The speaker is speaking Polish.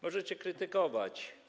Możecie krytykować.